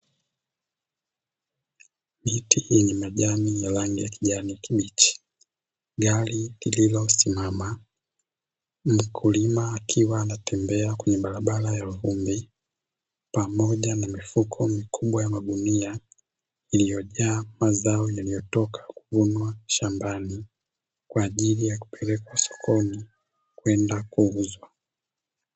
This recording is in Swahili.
Miti yenye rangi ya kijani kibichi, gari lililosimama, mkulima akiwa anatembea kwenye barabara ya vumbi, pamoja na mifuko mikubwa ya magunia, iliyojaa mazao yaliyotoka kuvunwa shambani kwa ajili ya kupelekwa sokoni kwenda kuuzwa.